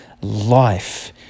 life